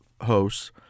hosts